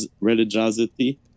religiosity